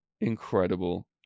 Incredible